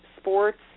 sports